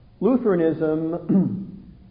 Lutheranism